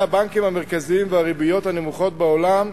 הבנקים המרכזיים והריביות הנמוכות בעולם,